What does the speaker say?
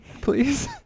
please